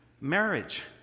marriage